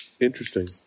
Interesting